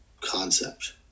concept